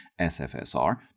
SFSR